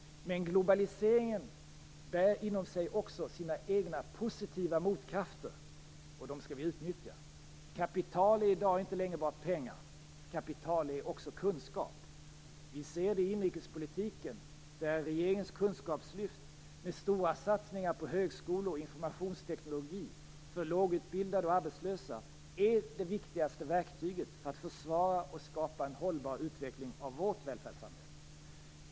Men globaliseringen bär inom sig också sina egna positiva motkrafter, och dem skall vi utnyttja. Kapital är i dag inte längre bara pengar. Kapital är också kunskap. Vi ser det i inrikespolitiken där regeringens kunskapslyft med stora satsningar på högskolor och informationsteknik för lågutbildade och arbetslösa är det viktigaste verktyget för att försvara och skapa en hållbar utveckling av vårt välfärdssamhälle.